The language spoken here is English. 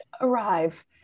arrive